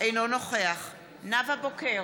אינו נוכח נאוה בוקר,